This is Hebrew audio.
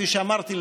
כפי שאמרתי,